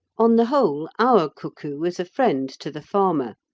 on the whole, our cuckoo is a friend to the farmer,